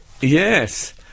Yes